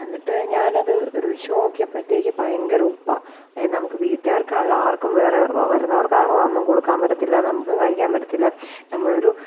അന്നിട്ട് ഞാൻ അതു രുചിച്ചു നോക്കിയപ്പോഴത്തേക്കും ഭയങ്കര ഉപ്പാണ് എ നമുക്ക് വീട്ടുകാർക്ക് ആണെങ്കിലും ആർക്കും വേറെ വരുന്നവർക്കാണു അതൊന്നും കൊടുക്കാൻ പറ്റത്തില്ല നമുക്കും കഴിക്കാൻ പറ്റത്തില്ല നമ്മളൊരു